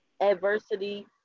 adversity